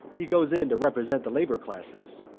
he goes in to represent the labour classes.